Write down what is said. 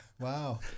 Wow